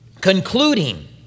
concluding